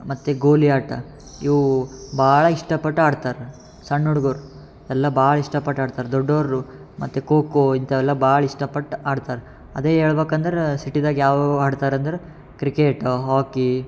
ಮತ್ತು ಗೋಲಿ ಆಟ ಇವು ಭಾಳ ಇಷ್ಟಪಟ್ಟು ಆಡ್ತಾರೆ ಸಣ್ಣ ಹುಡ್ಗುರು ಎಲ್ಲ ಭಾಳ ಇಷ್ಟಪಟ್ಟು ಆಡ್ತಾರೆ ದೊಡ್ಡವರು ಮತ್ತು ಖೋ ಖೋ ಇಂಥವೆಲ್ಲ ಭಾಳ ಇಷ್ಟಪಟ್ಟು ಆಡ್ತಾರೆ ಅದೇ ಹೇಳ್ಬಕಂದ್ರ ಸಿಟಿದಾಗ ಯಾವ ಯಾವ ಆಡ್ತಾರಂದ್ರೆ ಕ್ರಿಕೆಟು ಹಾಕಿ